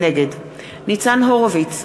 נגד ניצן הורוביץ,